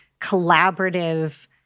collaborative